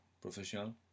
professional